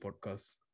podcast